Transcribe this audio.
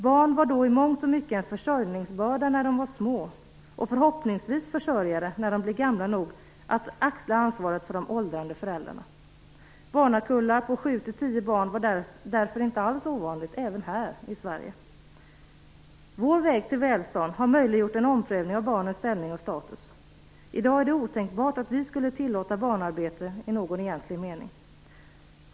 Barn var då i mångt och mycket en försörjningsbörda när de var små och, förhoppningsvis, försörjare när de blev gamla nog att axla ansvaret för de åldrande föräldrarna. Barnkullar på 7-10 barn var därför inte alls ovanligt här i Sverige. Vår väg till välstånd har möjliggjort en omprövning av barnens ställning och status. I dag är det otänkbart att vi skulle tillåta barnarbete i någon egentlig mening.